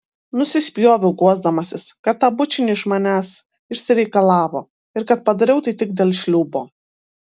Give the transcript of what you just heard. nusispjoviau guosdamasis kad tą bučinį iš manęs išsireikalavo ir kad padariau tai tik dėl šliūbo